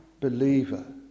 believer